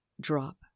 drop